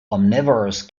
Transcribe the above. omnivorous